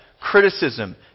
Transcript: criticism